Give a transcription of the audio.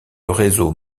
réseau